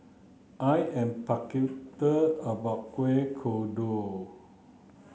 I am about Kueh Kodok